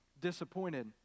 disappointed